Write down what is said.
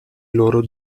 loro